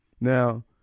now